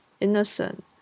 innocent